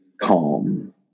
calm